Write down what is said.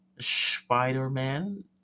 Spider-Man